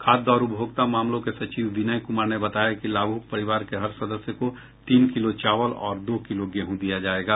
खाद्य और उपभोक्ता मामलों के सचिव विनय कुमार ने बताया कि लाभुक परिवार के हर सदस्य को तीन किलो चावल और दो किलो गेहूँ दिया जायेगा